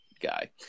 guy